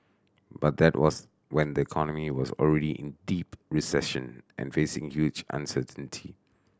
but that was when the economy was already in deep recession and facing huge uncertainty